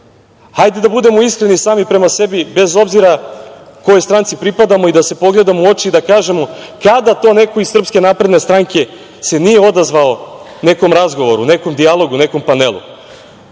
Hajde da budemo iskreni sami prema sebi, bez obzira kojoj stranci pripadamo i da se pogledamo u oči i kažemo kada to neko iz SNS se nije odazvao nekom razgovoru, nekom dijalogu, nekom panelu.U